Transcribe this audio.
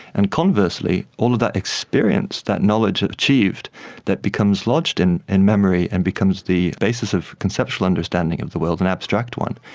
and conversely all of that experience, that knowledge achieved that becomes lodged in and memory and becomes the basis of conceptual understanding of the world, an abstract one,